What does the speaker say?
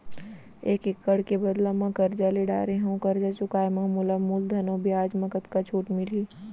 एक एक्कड़ के बदला म करजा ले डारे हव, करजा चुकाए म मोला मूलधन अऊ बियाज म कतका छूट मिलही?